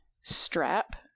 strap